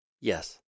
Yes